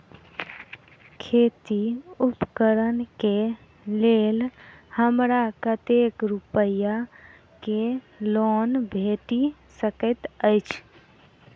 खेती उपकरण केँ लेल हमरा कतेक रूपया केँ लोन भेटि सकैत अछि?